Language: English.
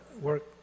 work